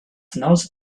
knows